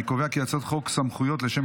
אני קובע כי הצעת חוק סמכויות לשם